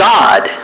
God